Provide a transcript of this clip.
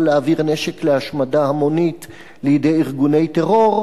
להעביר נשק להשמדה המונית לידי ארגוני טרור,